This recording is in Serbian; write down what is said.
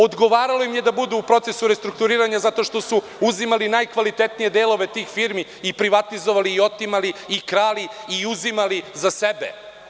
Odgovaralo im je da budu u procesu restrukturiranja zato što su uzimali najkvalitetnije delove tih firmi, privatizovali, otimali, krali i uzimali za sebe.